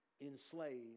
enslaved